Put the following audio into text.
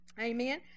Amen